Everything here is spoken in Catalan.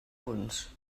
punts